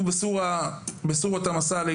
אבל אני רוצה קודם להקריא מספר פסוקים מהקוראן